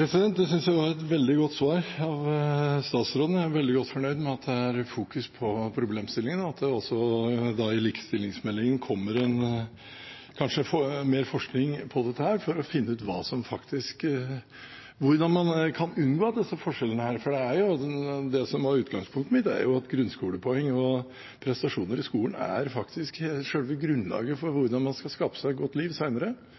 Det syns jeg var et veldig godt svar fra statsråden. Jeg er veldig godt fornøyd med at det er fokus på problemstillingen, og at det også i likestillingsmeldingen kanskje kommer noe mer om forskning på dette for å finne ut hvordan man kan unngå disse forskjellene. Det som var utgangspunktet mitt, er at grunnskolepoeng og prestasjoner i skolen faktisk er selve grunnlaget for hvordan man skal skape seg et godt liv